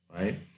right